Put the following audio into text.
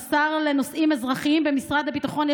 השר לנושאים אזרחיים במשרד הביטחון,